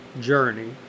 journey